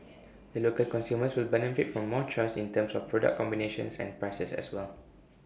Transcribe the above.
the local consumers will benefit from more choice in terms of product combinations and prices as well